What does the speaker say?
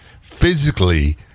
physically